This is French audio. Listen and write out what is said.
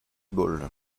ball